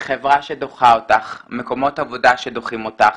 חברה שדוחה אותך, מקומות עבודה שדוחים אותך,